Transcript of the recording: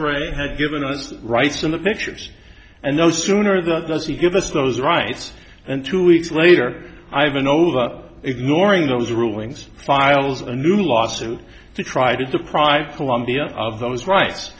rights in the pictures and no sooner than does he give us those rights and two weeks later i've been over ignoring those rulings files a new lawsuit to try to deprive columbia of those rights